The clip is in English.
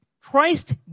Christ